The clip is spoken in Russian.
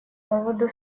поводу